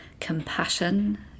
compassion